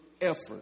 effort